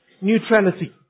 neutrality